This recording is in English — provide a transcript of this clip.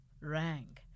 rang